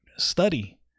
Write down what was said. study